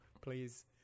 please